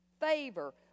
Favor